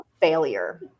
failure